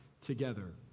together